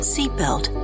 Seatbelt